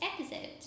episode